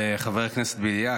חבר הכנסת בליאק,